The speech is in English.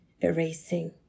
erasing